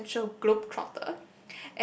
potential globetrotter